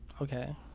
okay